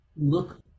Look